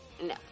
No